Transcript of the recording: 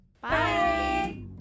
bye